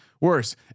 worse